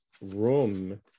room